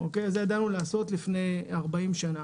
את זה ידענו לעשות לפני 40 שנה.